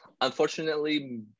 unfortunately